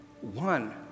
one